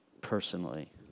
personally